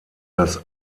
das